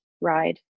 ride